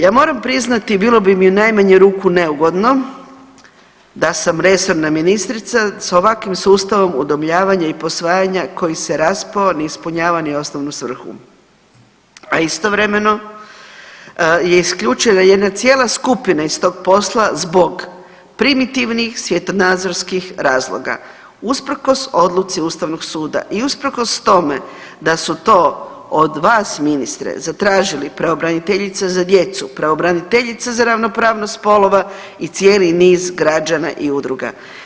Ja moram priznati bilo bi mi u najmanju ruku neugodno da sam resorna ministrica sa ovakvim sustavom udomljavanja i posvajanja koji se raspao ne ispunjava ni osnovnu svrhu, a istovremeno je isključena jedna cijela skupina iz tog posla zbog primitivnih svjetonazorskih razloga usprkos odluci Ustavnog suda i usprkos tome da su to od vas ministre zatražili pravobraniteljica za djecu, pravobraniteljica za ravnopravnost spolova i cijeli niz građana i udruga.